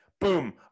boom